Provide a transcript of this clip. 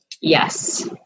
Yes